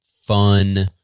fun